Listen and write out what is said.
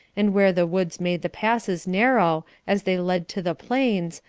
and where the woods made the passes narrow, as they led to the plains,